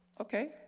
Okay